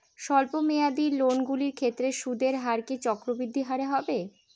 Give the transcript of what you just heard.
স্বল্প মেয়াদী লোনগুলির ক্ষেত্রে সুদের হার কি চক্রবৃদ্ধি হারে হবে?